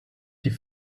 die